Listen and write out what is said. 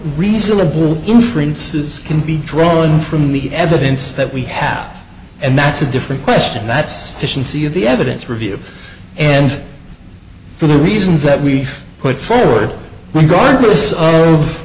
reasonable inferences can be drawn from the evidence that we have and that's a different question that's fishing see the evidence review and for the reasons that we put forward regardless of